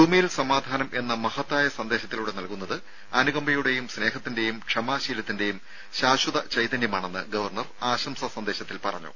ഭൂമിയിൽ സമാധാനം എന്ന മഹത്തായ സന്ദേശത്തിലൂടെ നൽകുന്നത് അനുകമ്പയുടെയും ക്ഷമാശീലത്തിന്റെയും സ്നേഹത്തിന്റെയും ശാശ്വത ചൈതന്യമാണെന്ന് ഗവർണർ ആശംസാ സന്ദേശത്തിൽ പറഞ്ഞു